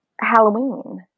Halloween